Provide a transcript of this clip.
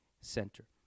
Center